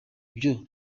byo